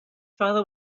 father